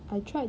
I tried